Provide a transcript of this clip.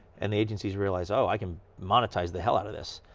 and the agencies realize, oh, i can monetize the hell out of this.